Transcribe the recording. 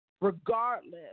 regardless